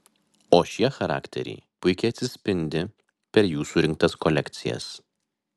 o šie charakteriai puikiai atsispindi per jų surinktas kolekcijas